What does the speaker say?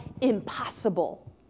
impossible